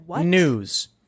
news